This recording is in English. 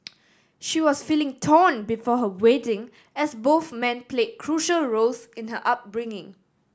she was feeling torn before her wedding as both men played crucial roles in her upbringing